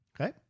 Okay